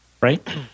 right